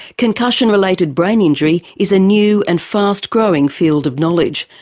concussion related brain injury is a new and fast growing field of knowledge,